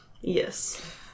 Yes